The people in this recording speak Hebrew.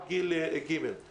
צהריים טובים.